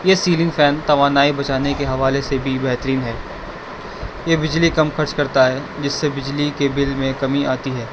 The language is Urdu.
یہ سیلنگ فین توانائی بچانے کے حوالے سے بھی بہترین ہے یہ بجلی کم خرچ کرتا ہے جس سے بجلی کے بل میں کمی آتی ہے